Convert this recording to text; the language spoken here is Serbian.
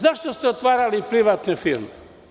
Zašto ste otvarali privatne firme?